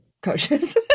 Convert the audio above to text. coaches